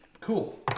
cool